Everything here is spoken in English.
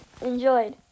enjoyed